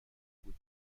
بود